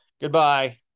Goodbye